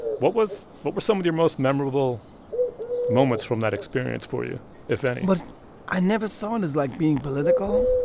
what was what were some of your most memorable moments from that experience for you if any? but i never saw it as, like, being political.